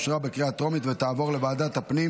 אושרה בקריאה טרומית ותעבור לוועדת הפנים